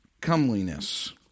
comeliness